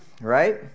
right